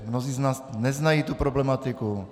Mnozí z nás neznají tu problematiku.